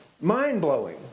mind-blowing